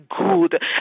good